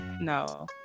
no